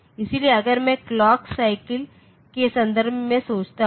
इसलिए अगर मैं क्लॉक साइकिल के संदर्भ में सोचता हूं